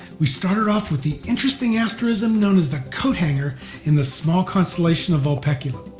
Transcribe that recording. we started off with the interesting asterism known as the coathanger in the small constellation of vulpecula.